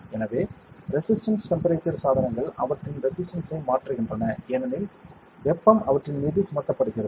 எனவே resistance temperature சாதனங்கள் அவற்றின் ரெசிஸ்டன்ஸ் ஐ மாற்றுகின்றன ஏனெனில் வெப்பம் அவற்றின் மீது சுமத்தப்படுகிறது